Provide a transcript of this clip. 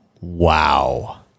Wow